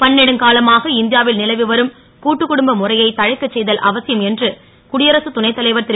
பன்னெடுங்காலமாக இந் யா வில் லவிவரும் கூட்டுக்குடும்ப முறையை தழைக்கச் செ தல் அவசியம் என்று குடியரசுத் துணைத்தலைவர் ரு